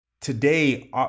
today